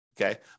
okay